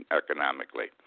economically